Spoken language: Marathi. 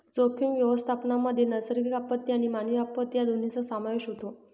जोखीम व्यवस्थापनामध्ये नैसर्गिक आपत्ती आणि मानवी आपत्ती या दोन्हींचा समावेश होतो